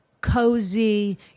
cozy